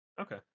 Okay